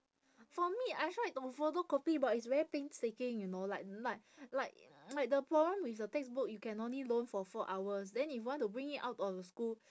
for me I tried to photocopy but it's very painstaking you know like like like like the problem with the textbook you can only loan for four hours then if want to bring it out of the school